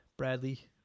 Bradley